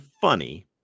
funny